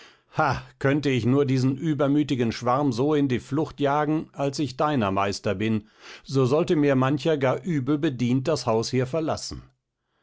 könnte ich nur diesen übermütigen schwarm so in die flucht jagen als ich deiner meister bin so sollte mir mancher gar übel bedient das haus hier verlassen